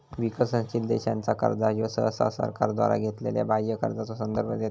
विकसनशील देशांचा कर्जा ह्यो सहसा सरकारद्वारा घेतलेल्यो बाह्य कर्जाचो संदर्भ देता